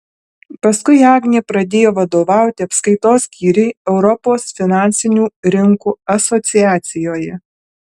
paskui agnė pradėjo vadovauti apskaitos skyriui europos finansinių rinkų asociacijoje